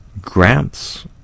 grants